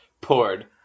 Poured